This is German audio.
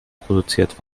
produziert